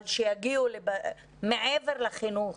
אבל שיגיעו מעבר לחינוך.